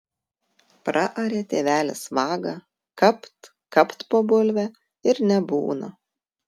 praarė tėvelis vagą kapt kapt po bulvę ir nebūna